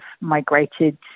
migrated